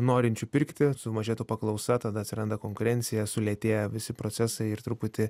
norinčių pirkti sumažėtų paklausa tada atsiranda konkurencija sulėtėja visi procesai ir truputį